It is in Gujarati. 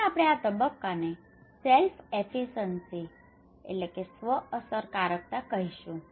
અને આપણે આ તબક્કાને સેલ્ફ એફીસન્સી self efficacy સ્વ અસરકારકતા કહીશું